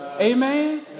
Amen